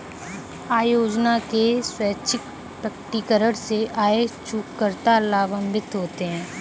आय योजना के स्वैच्छिक प्रकटीकरण से आयकर चूककर्ता लाभान्वित होते हैं